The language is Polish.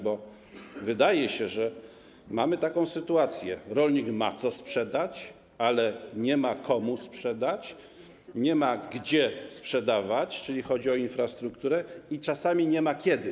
Bo wydaje się, że mamy taką sytuację: rolnik ma co sprzedać, ale nie ma komu sprzedać, nie ma gdzie sprzedawać, czyli chodzi o infrastrukturę, i czasami nie ma kiedy.